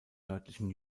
nördlichen